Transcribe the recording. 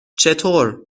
چطور